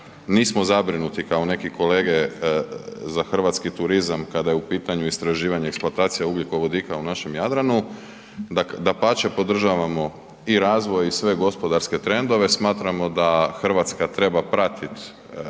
nismo zabrinuti kao neki kolege za hrvatski turizam kada je u pitanju istraživanje i eksploatacija ugljikovodika u našem Jadranu, dapače, podržavamo i razvoj i sve gospodarske trendove. Smatramo da Hrvatska treba pratit